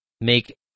make